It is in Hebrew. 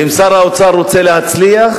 ואם שר האוצר רוצה להצליח,